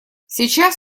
сейчас